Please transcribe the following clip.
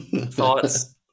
thoughts